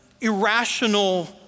irrational